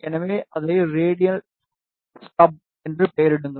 எனவே அதை radial stub என்று பெயரிடுங்கள்